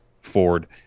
Ford